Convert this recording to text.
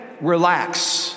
Relax